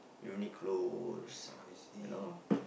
Uniqlo's you know